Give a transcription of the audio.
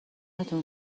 تون